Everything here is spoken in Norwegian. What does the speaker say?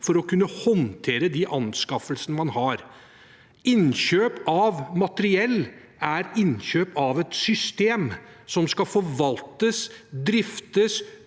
4635 å kunne håndtere de anskaffelsene man har. Innkjøp av materiell er innkjøp av et system som skal forvaltes, driftes,